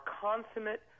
consummate